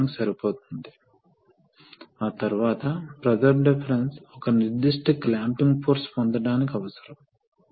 solenoid ఆపివేయబడితే అది కుడి చేతి పొజిషన్ కి వెళుతుంది ఒకవేళ ఆన్ చేస్తే సోలేనోయిడ్ ఎడమ చేతి పొజిషన్ కి వెళుతుంది